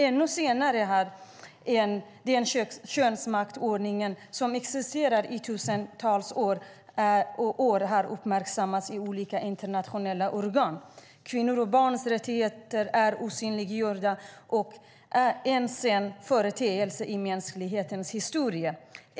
Ännu senare har den könsmaktsordning som existerat i tusentals år uppmärksammats i olika internationella organ. Kvinnors och barns rättigheter är osynliggjorda och är en sen företeelse i mänsklighetens historia.